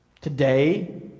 today